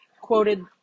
quoted